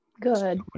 Good